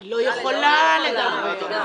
--- היא לא יכולה לדווח.